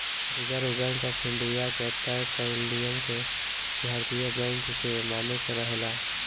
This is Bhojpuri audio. रिजर्व बैंक ऑफ इंडिया के तय कईल नियम के भारतीय बैंक के माने के रहेला